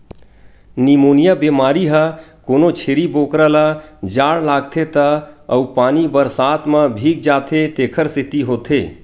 pneumonia बेमारी ह कोनो छेरी बोकरा ल जाड़ लागथे त अउ पानी बरसात म भीग जाथे तेखर सेती होथे